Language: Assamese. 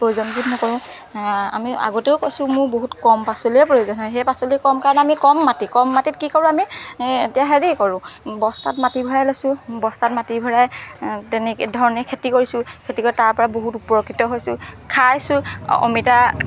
প্ৰয়োজনবোধ নকৰোঁ আমি আগতেও কৈছোঁ মোৰ বহুত কম পাচলিয়েই প্ৰয়োজন হয় সেই পাচলি কম কাৰণে আমি কম মাটি কম মাটিত কি কৰোঁ আমি এতিয়া হেৰি কৰোঁ বস্তাত মাটি ভৰাই লৈছোঁ বস্তাত মাটি ভৰাই তেনে ধৰণেই খেতি কৰিছোঁ খেতি কৰি তাৰপৰা বহুত উপকৃত হৈছোঁ খাইছোঁ অমিতা